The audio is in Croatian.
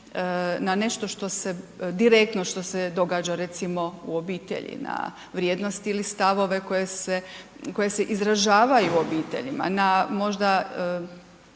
na nešto što se, direktno što se događa recimo u obitelji na vrijednost ili stavove koji se izražavaju obiteljima, na možda